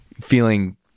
feeling